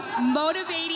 motivating